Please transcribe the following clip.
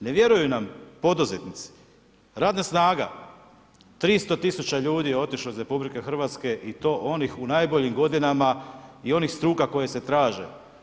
Ne vjeruju nam poduzetnici, radna snaga, 300000 ljudi je otišlo iz RH i to onih u najboljim godinama i onih struka koje se traže.